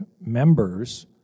members